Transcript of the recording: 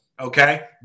Okay